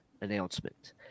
announcement